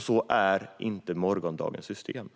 Sådant är inte morgondagens system.